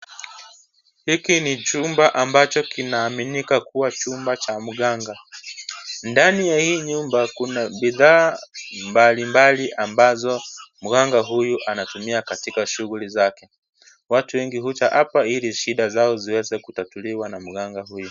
Hiki ni chumba ambacho kinaaminika kuwa chumba cha mganga. Ndani ya hii nyumba kuna bidhaa mbalimbali ambazo mganga huyu anatumia katika shughuli zake. Watu wengi huja hapa ili shida zao ziweze kutatuliwa na mganga huyu.